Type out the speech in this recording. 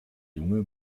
junge